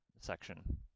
section